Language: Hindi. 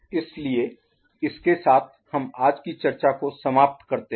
इसलिए इसके साथ हम आज की चर्चा को समाप्त करते हैं